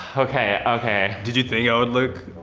okay, okay. did you think i would look